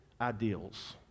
ideals